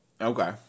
Okay